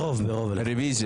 לא התקבלה.